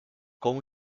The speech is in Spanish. como